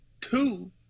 Two